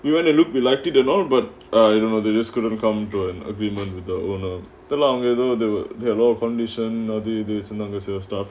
we went to look we liked it or not but uh you know they just couldn't come to an agreement with the owner the longer though there were no condition due to negotiate or stuff